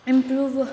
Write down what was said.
improve